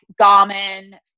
Garmin